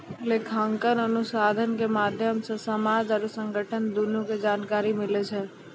लेखांकन अनुसन्धान के माध्यम से समाज आरु संगठन दुनू के जानकारी मिलै छै